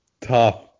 tough